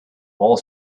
all